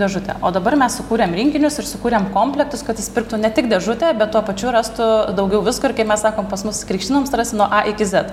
dėžutę o dabar mes sukūrėm rinkinius ir sukūrėm komplektus kad jis pirktų ne tik dėžutę bet tuo pačiu rastų daugiau visko ir kai mes sakom pas mus krikštynoms rasi nuo a iki zet